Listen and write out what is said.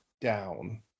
down